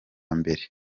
mbere